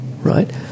right